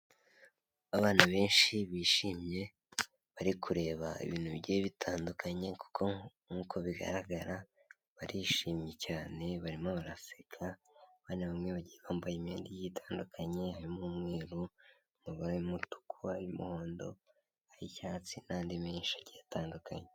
Abana benshi bishimye, bari kureba ibintu bigiye bitandukanye kuko nkuko bigaragara barishimye cyane, barimo baraseka, abana bamwe bagiye bambaye imyenda igiye itandukanye harimo umweru, amabara y'umutuku ay'umuhondo, ay'icyatsi n'andi manshi agiye atandukanye.